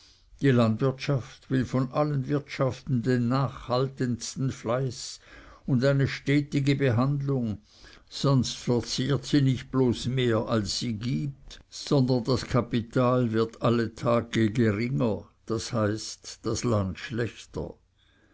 die landwirtschaft will von allen wirtschaften den nachhaltendsten fleiß und eine stetige behandlung sonst verzehrt sie nicht bloß mehr als sie gibt sondern das kapital wird alle tage geringer das heißt das land schlechter